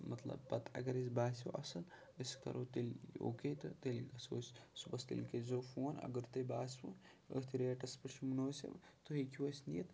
مطلب پَتہٕ اگر اَسہِ باسیو اَصٕل أسۍ کَرو تیٚلہِ اوکے تہٕ تیٚلہِ گَژھو أسۍ صُبحَس تیٚلہِ کٔرۍزیو فون اگر تۄہہِ باسِوٕ أتھۍ ریٹس پٮ۪ٹھ چھُ مُنٲسِب تُہۍ ہیٚکِو اَسہِ نِتھ